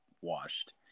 washed